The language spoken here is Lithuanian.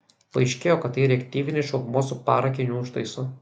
paaiškėjo kad tai reaktyvinis šaudmuo su parakiniu užtaisu